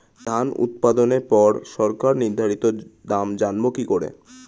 ধান উৎপাদনে পর সরকার নির্ধারিত দাম জানবো কি করে?